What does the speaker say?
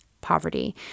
poverty